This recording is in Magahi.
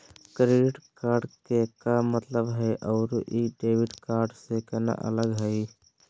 क्रेडिट कार्ड के का मतलब हई अरू ई डेबिट कार्ड स केना अलग हई?